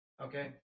Okay